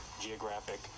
geographic